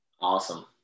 awesome